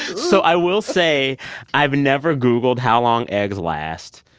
so i will say i've never googled how long eggs last.